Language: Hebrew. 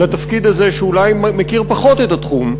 שאולי מכיר פחות את התחום,